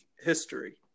history